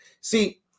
see